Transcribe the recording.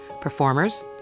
performers